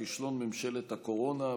מאת חברי הכנסת איימן עודה,